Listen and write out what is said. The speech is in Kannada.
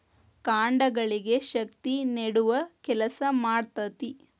ಕಾಂಡಗಳಿಗೆ ಶಕ್ತಿ ನೇಡುವ ಕೆಲಸಾ ಮಾಡ್ತತಿ